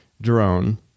drone